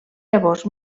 llavors